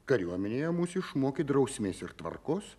kariuomenėje mus išmokė drausmės ir tvarkos